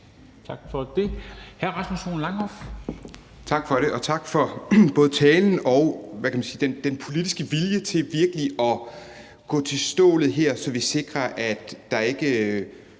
Langhoff. Kl. 10:42 Rasmus Horn Langhoff (S): Tak for det, og tak for både talen og den politiske vilje til virkelig at gå til stålet her, så vi sikrer, at der ikke